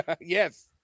Yes